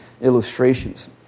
illustrations